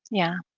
yeah.